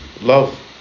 love